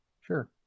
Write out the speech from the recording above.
Sure